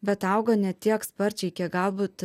bet auga ne tiek sparčiai kiek galbūt